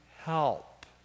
Help